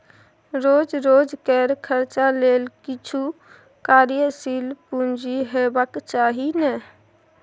रोज रोजकेर खर्चा लेल किछु कार्यशील पूंजी हेबाक चाही ने